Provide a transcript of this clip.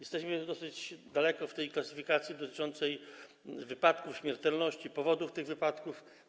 Jesteśmy dosyć daleko w klasyfikacji dotyczącej wypadków, śmiertelności, powodów tych wypadków.